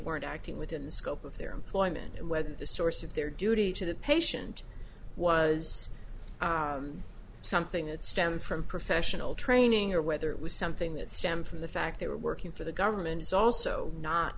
weren't acting within the scope of their employment whether the source of their duty to the patient was something that stemmed from professional training or whether it was something that stems from the fact they were working for the government is also not